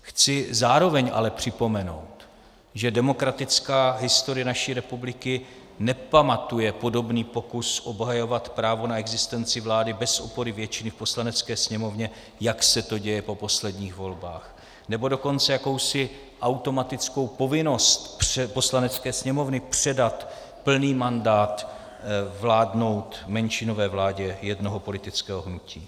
Chci zároveň ale připomenout, že demokratická historie naší republiky nepamatuje podobný pokus obhajovat právo na existenci vlády bez opory většiny v Poslanecké sněmovně, jak se to děje po posledních volbách, nebo dokonce jakousi automatickou povinnost Poslanecké sněmovny předat plný mandát vládnout menšinové vládě jednoho politického hnutí.